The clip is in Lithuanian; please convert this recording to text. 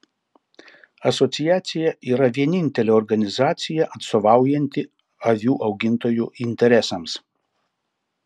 asociacija yra vienintelė organizacija atstovaujanti avių augintojų interesams